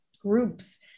groups